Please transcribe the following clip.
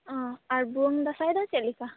ᱟᱨ ᱵᱩᱭᱟᱹᱝ ᱫᱟᱸᱥᱟᱭ ᱫᱚ ᱪᱮᱫ ᱞᱮᱠᱟ